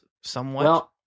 somewhat